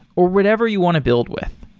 or whatever you want to build with.